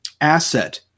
asset